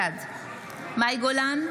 בעד מאי גולן,